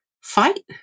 fight